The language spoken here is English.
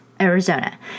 Arizona